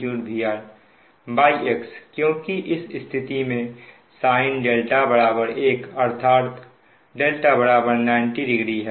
x क्योंकि इस स्थिति में sin δ 1 अर्थात δ90◦ है